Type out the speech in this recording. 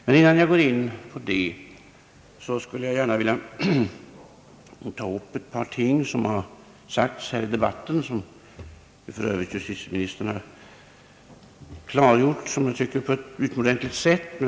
Men innan jag går in på den skulle jag gärna vilja ta upp ett par ting, som har berörts i debatten och som för övrigt justitieministern redan har klargjort på ett som jag tycker utomordentligt sätt.